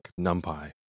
NumPy